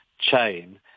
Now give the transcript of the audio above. chain